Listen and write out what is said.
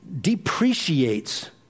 depreciates